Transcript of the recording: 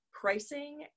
pricing